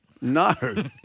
No